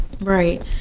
right